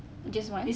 just one